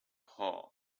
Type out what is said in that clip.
hole